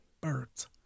birds